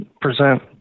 present